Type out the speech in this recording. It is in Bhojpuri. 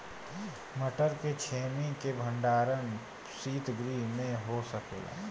मटर के छेमी के भंडारन सितगृह में हो सकेला?